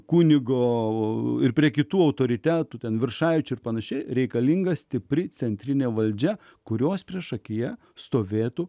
kunigo ir prie kitų autoritetų ten viršaičių ir panašiai reikalinga stipri centrinė valdžia kurios priešakyje stovėtų